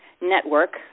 network